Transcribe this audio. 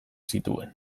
zituen